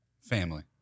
Family